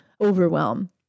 overwhelm